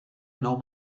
nou